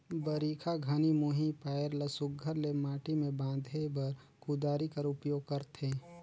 बरिखा घनी मुही पाएर ल सुग्घर ले माटी मे बांधे बर कुदारी कर उपियोग करथे